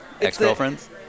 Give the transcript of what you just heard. Ex-girlfriends